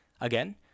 Again